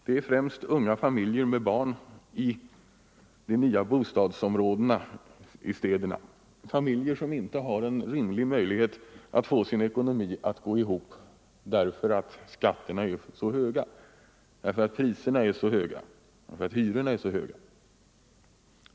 Det är främst unga familjer med barn i de nya bostadsområdena i städerna, familjer som inte har en rimlig möjlighet att få sin ekonomi att gå ihop därför att skatterna är så höga, därför att priserna är så höga och därför att hyrorna är så höga.